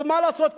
ומה לעשות,